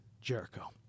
Jericho